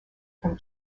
from